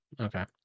Okay